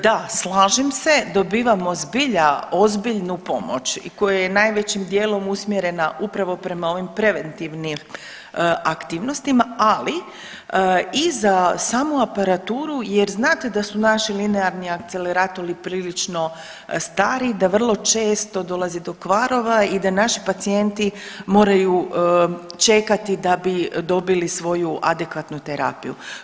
Da, slažem se, dobivamo zbilja ozbiljnu pomoć i koja je najvećim dijelom usmjerena upravo prema ovim preventivnim aktivnostima, ali i za samu aparaturu jer znate da su naši linearni akceleratori prilično stari, da vrlo često dolazi do kvarova i da naši pacijenti moraju čekati da bi dobili svoju adekvatnu terapiju.